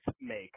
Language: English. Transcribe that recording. make